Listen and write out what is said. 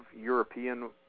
European